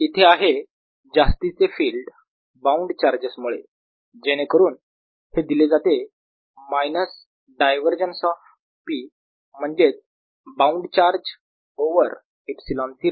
इथे आहे जास्तीचे फिल्ड बाउंड चार्जेस मुळे जेणेकरून हे दिले जाते मायनस डायव्हरजन्स ऑफ P म्हणजेच बाउंड चार्ज ओवर ε0